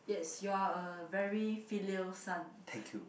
yes you are a very filial son